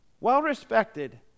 well-respected